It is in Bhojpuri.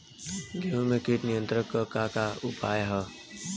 गेहूँ में कीट नियंत्रण क का का उपाय ह?